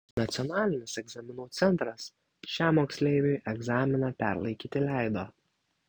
nacionalinis egzaminų centras šiam moksleiviui egzaminą perlaikyti leido